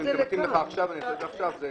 אם זה מתאים לך עכשיו אעשה את זה עכשיו,